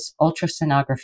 ultrasonography